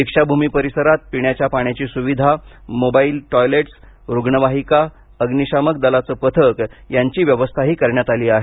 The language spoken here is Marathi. दीक्षाभूमी परिसरात पिण्याच्या पाण्याची सुविधा मोबाईल टॉयलेल्ट्स रुग्णवाहीका अग्नीशामक दलाचं पथक यांची व्यवस्थाही करण्यात आली आहे